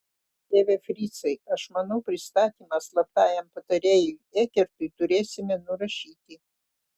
tėve fricai aš manau pristatymą slaptajam patarėjui ekertui turėsime nurašyti